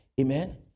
Amen